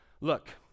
Look